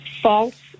false